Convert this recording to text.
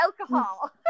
alcohol